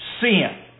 sin